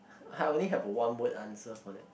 I only have a one word answer for that